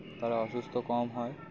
তারা অসুস্থ কম হয়